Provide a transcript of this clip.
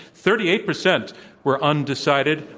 thirty eight percent were undecided.